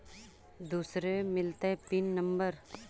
दुसरे मिलतै PIN number?